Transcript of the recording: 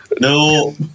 No